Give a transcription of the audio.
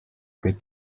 good